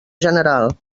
general